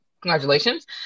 congratulations